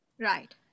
Right